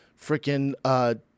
freaking